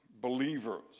believers